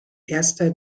erster